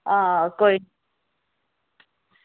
आं कोई नी